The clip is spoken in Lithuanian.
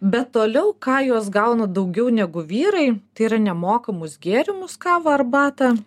bet toliau ką jos gauna daugiau negu vyrai tai yra nemokamus gėrimus kavą arbatą